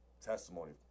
testimony